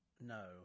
No